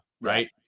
right